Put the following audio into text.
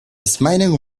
smiling